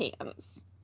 hands